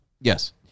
Yes